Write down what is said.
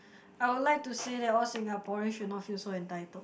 I would like to say that all Singaporean should not feel so entitled